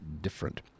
different